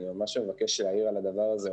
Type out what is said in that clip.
אני ממש מבקש להעיר על הדבר הזה.